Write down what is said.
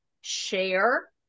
share